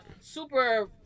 super